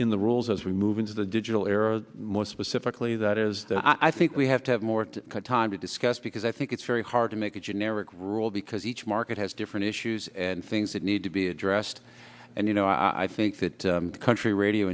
in the rules as we move into the digital era more specifically that is i think we have to have more time to discuss because i think it's very hard to make a generic rule because each market has different issues and things that need to be addressed and you know i think that the country radio